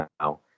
now